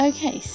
Okay